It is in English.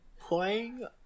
playing